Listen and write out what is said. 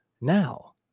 now